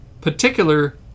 particular